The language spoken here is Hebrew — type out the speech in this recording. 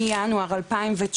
מינואר 2019,